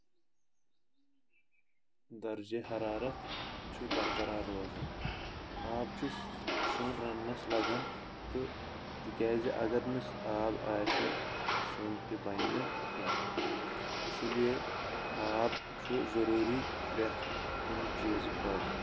درجہِ حرارت چھُ برقرار روزان آب چھُ سیُن رننس لگان تہٕ تِکیازِ اگر نہٕ آب آسہِ سیُن تہِ بنہِ نہٕ کینٛہہ اسی لیے آب چھُ ضروٗری پرؠتھ کُنہِ چیٖزٕ خٲطرٕ